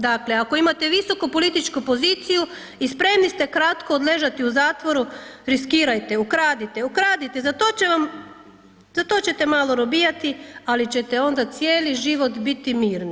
Dakle, ako imate visoku političku poziciju i spremni ste kratko odležati u zatvoru, riskirajte, ukradite, ukradite, za to će vam, za to ćete malo robijati, ali ćete onda cijeli život biti mirni.